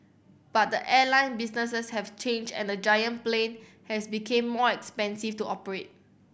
but the airline business has changed and the giant plane has become more expensive to operate